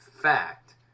fact